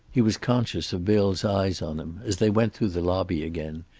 he was conscious of bill's eyes on him as they went through the lobby again,